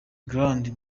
grande